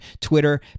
Twitter